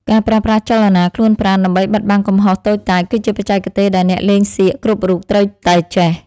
ការប្រើប្រាស់ចលនាខ្លួនប្រាណដើម្បីបិទបាំងកំហុសតូចតាចគឺជាបច្ចេកទេសដែលអ្នកលេងសៀកគ្រប់រូបត្រូវតែចេះ។